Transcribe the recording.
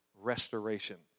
Restoration